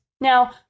Now